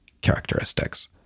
characteristics